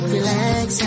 Relax